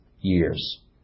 years